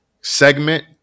segment